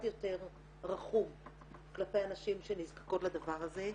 יותר רחום כלפי הנשים שנזקקות לדבר הזה.